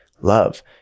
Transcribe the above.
love